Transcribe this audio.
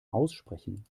aussprechen